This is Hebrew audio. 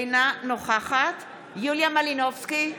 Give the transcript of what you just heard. אינה נוכחת יוליה מלינובסקי קונין,